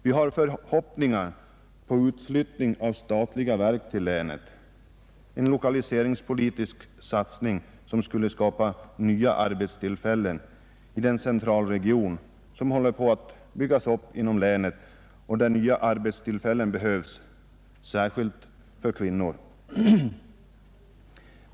Vi har förhoppningar på utflyttning av statliga verk till länet — en lokaliseringspolitisk insats som skulle skapa nya arbetstillfällen i den centralregion som håller på att byggas upp inom länet och där nya arbetstillfällen behövs, särskilt för kvinnor.